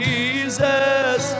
Jesus